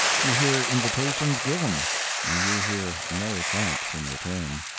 you hear invitations given you hear no thanks in return.